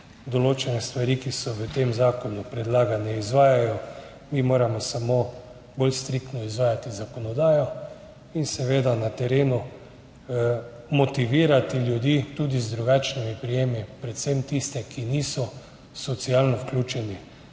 določene stvari, ki so v tem zakonu predlagane, izvajajo, mi moramo samo bolj striktno izvajati zakonodajo in seveda na terenu motivirati ljudi, tudi z drugačnimi prijemi, predvsem tiste, ki niso socialno vključeni,